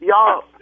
Y'all